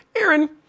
Aaron